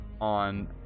on